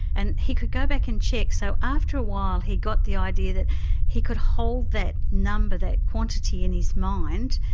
and he could go back and check, so after a while he got the idea that he could hold that number, that quantity, in his mind.